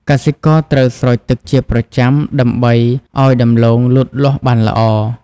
កសិករត្រូវស្រោចទឹកជាប្រចាំ ដើម្បីឱ្យដំឡូងលូតលាស់បានល្អ។